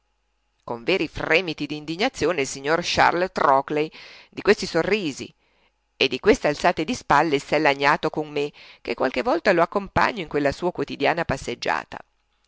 con veri fremiti d'indignazione il signor charles trockley di questi sorrisi e di queste alzate di spalle s'è lagnato con me che qualche volta lo accompagno in quella sua quotidiana passeggiata